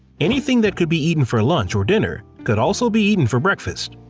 anything that could be eaten for lunch or dinner could also be eaten for breakfast.